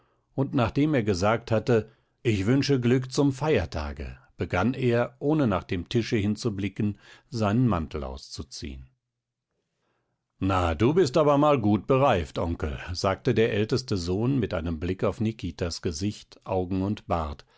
und nachdem er gesagt hatte ich wünsche glück zum feiertage begann er ohne nach dem tische hinzublicken seinen mantel auszuziehen na du bist aber mal gut bereift onkel sagte der älteste sohn mit einem blick auf nikitas gesicht augen und bart